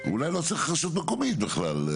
אולי לא צריך רשות מקומית בכלל.